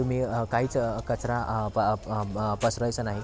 तुम्ही काहीच कचरा प प पसरायचा नाही